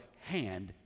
hand